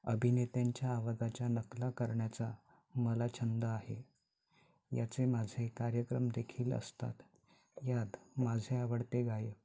अभिनेत्यांच्या आवाजाच्या नकला करण्याचा मला छंद आहे याचे माझे कार्यक्रम देखील असतात यात माझे आवडते गायक